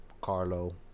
Carlo